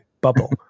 bubble